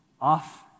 off